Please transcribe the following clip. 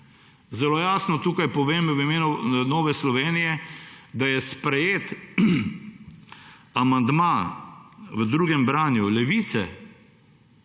Zelo jasno tukaj povem v imenu Nove Slovenije, da je sprejeti amandma v drugem branju Levice